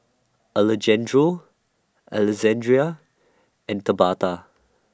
Alejandro Alexandria and Tabetha